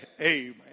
Amen